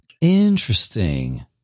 Interesting